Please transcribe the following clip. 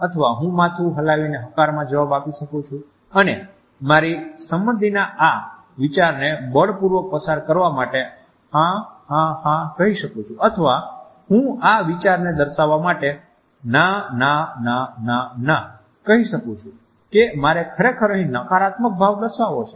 અથવા હું માથું હલાવીને હકાર માં જવાબ આપી શકું છું અને મારી સંમતિના આ વિચારને બળપૂર્વક પસાર કરવા માટે હા હા હા કહી શકું છું અથવા હું આ વિચારને દર્શાવવા માટે ના ના ના ના ના કહી શકું છું કે મારે ખરેખર અહીં નકારાત્મક ભાવ દર્શાવવો છે